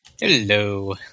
Hello